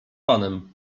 panem